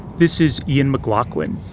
this is ian mclaughlin.